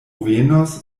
venos